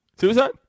Suicide